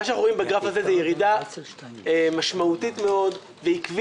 מה שאנחנו רואים בגרף הזה זו ירידה משמעותית מאוד ועקבית